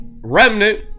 remnant